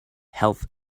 health